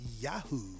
yahoo